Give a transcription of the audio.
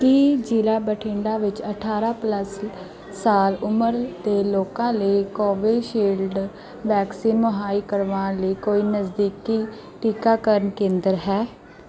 ਕੀ ਜ਼ਿਲ੍ਹਾ ਬਠਿੰਡਾ ਵਿੱਚ ਅਠਾਰਾਂ ਪਲੱਸ ਸਾਲ ਉਮਰ ਦੇ ਲੋਕਾਂ ਲਈ ਕੋਵੀਸ਼ਿਲਡ ਵੈਕਸੀਨ ਮੁਹੱਈਆ ਕਰਵਾਉਣ ਲਈ ਕੋਈ ਨਜ਼ਦੀਕੀ ਟੀਕਾਕਰਨ ਕੇਂਦਰ ਹੈ